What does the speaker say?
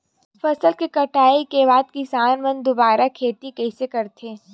फसल के कटाई के बाद किसान मन दुबारा खेती कइसे करथे?